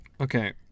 okay